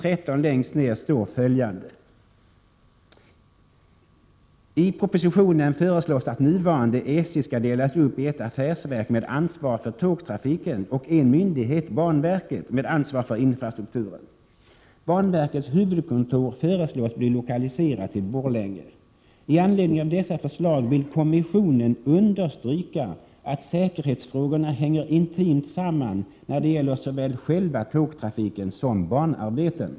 13iden rapporten står följande: ”I propositionen föreslås att nuvarande SJ skall delas upp i ett affärsverk med ansvar för tågtrafiken och en myndighet — banverket — med ansvar för infrastrukturen. Banverkets huvudkontor föreslås bli lokaliserat till Borlänge. I anledning av dessa förslag vill kommissionen understryka att säkerhetsfrågorna hänger intimt samman när det gäller såväl själva tågtrafiken som banarbeten.